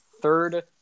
third